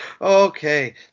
okay